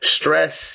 Stress